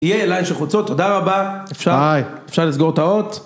יהיה ליין של חולצות, תודה רבה, אפשר לסגור את האורות.